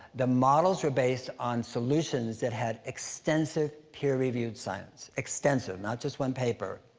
the models were based on solutions that had extensive peer-reviewed science. extensive not just one paper.